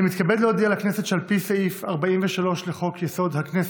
אני מתכבד להודיע לכנסת שעל פי סעיף 43 לחוק-יסוד: הכנסת,